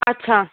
अच्छा